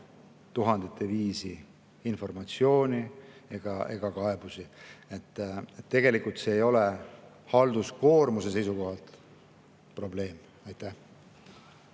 sõnumite kaupa informatsiooni või kaebusi. Tegelikult see ei ole halduskoormuse seisukohalt probleem. Aitäh!